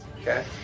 Okay